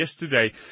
yesterday